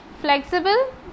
flexible